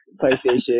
PlayStation